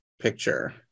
picture